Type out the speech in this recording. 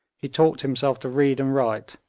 he taught himself to read and write,